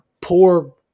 poor